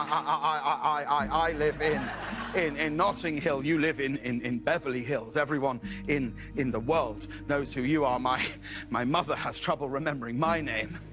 i live in and and notting hill, you live in in beverly hills. everyone in in the world knows who you are my my mother has trouble remembering my name.